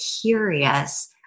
curious